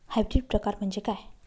Hybrid प्रकार म्हणजे काय?